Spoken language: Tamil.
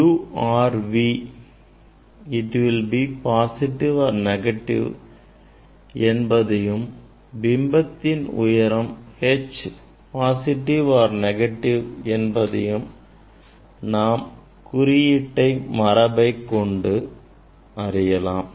u or v it will be positive or negative என்பதையும் பிம்பத்தின் உயரம் h positive or negative என்பதையும் நாம் குறியீட்டு மரபை கொண்டு அறியலாம்